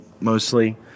mostly